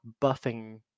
buffing